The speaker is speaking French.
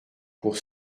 pour